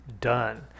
done